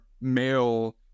male